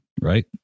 right